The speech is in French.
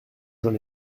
j’en